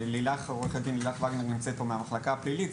עו"ד לילך וגנר נמצאת פה מהמחלקה הפלילית,